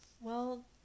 Well